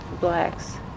Blacks